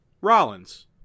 Rollins